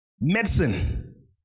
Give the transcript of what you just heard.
Medicine